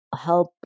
help